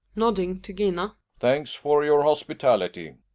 nodding to gina. thanks for your hospitality.